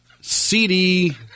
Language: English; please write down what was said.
CD